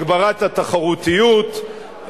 הגברת התחרותיות,